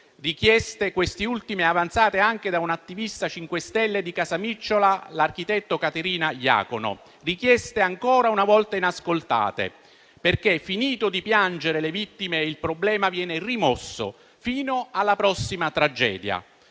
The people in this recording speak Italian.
richieste, queste ultime, avanzate anche da una attivista del MoVimento 5 Stelle di Casamicciola, l'architetto Caterina Iacono; richieste ancora una volta inascoltate. Finito di piangere le vittime, il problema viene rimosso, fino alla prossima tragedia.